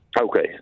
Okay